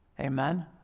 Amen